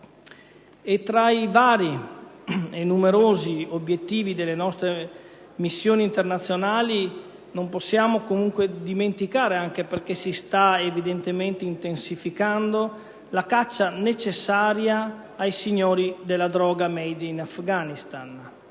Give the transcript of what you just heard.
tra i vari e numerosi obiettivi delle nostre missioni internazionali, non possiamo comunque dimenticare - anche perché si sta intensificando - la caccia necessaria ai signori della droga *made in* Afghanistan.